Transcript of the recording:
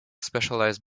specialized